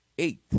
Eight